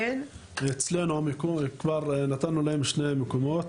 אצלנו כבר נתנו להם שני מקומות.